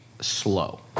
slow